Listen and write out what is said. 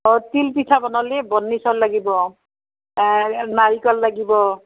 অঁ তিলপিঠা বনালে বন্নি চাউল লাগিব নাৰিকল লাগিব